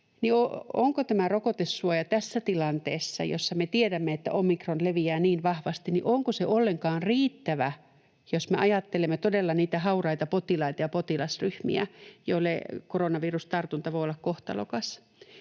ollenkaan riittävä tässä tilanteessa, jossa me tiedämme, että omikron leviää niin vahvasti, jos me ajattelemme todella niitä hauraita potilaita ja potilasryhmiä, joille koronavirustartunta voi olla kohtalokas.